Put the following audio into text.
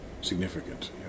significant